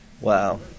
Wow